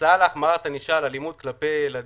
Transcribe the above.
"הצעה להחמרת ענישה על אלימות כלפי ילדים,